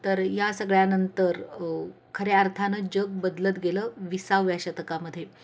तर या सगळ्यानंतर खऱ्या अर्थाानं जग बदलत गेलं विसाव्या शतकामध्ये